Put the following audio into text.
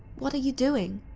what are you doing?